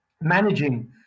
managing